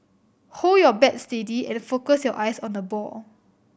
hold your bat steady and focus your eyes on the ball